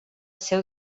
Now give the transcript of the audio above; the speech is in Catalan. seu